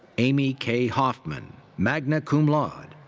amy k. hoffman, magna cum laude.